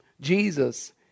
Jesus